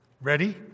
Ready